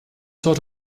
sort